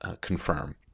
confirm